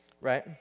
right